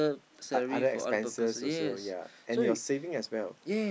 ot~ other expenses also ya and your saving as well